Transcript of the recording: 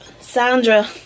Sandra